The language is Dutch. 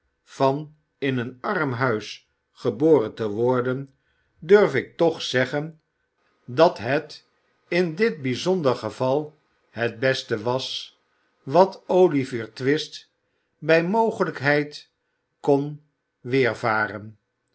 van in een armhuis geboren te worden durf ik toch zeggen dat het in dit bijzonder geval het beste was wat olivier twist bij mogelijkheid kon